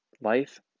Life